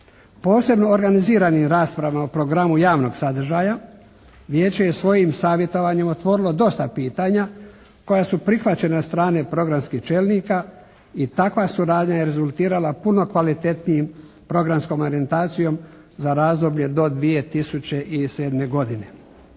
Posebno organiziranim raspravama o programu javnog sadržaja Vijeće je svojim savjetovanjem otvorilo dosta pitanja koja su prihvaćena od strane programskih čelnika i takva suradnja je rezultirala puno kvalitetnijom programskom orijentacijom za razdoblje do 2007. godine.